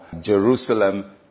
Jerusalem